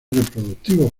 reproductivos